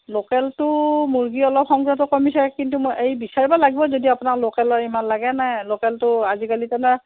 লোকেলটো মুৰ্গী অলপ কমিছে কিন্তু মই এই বিচাৰিবা লাগিব যদি আপোনাৰ লোকেলৰ ইমান লাগে নাই লোকেলটো আজিকালিতো